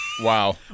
Wow